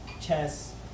chess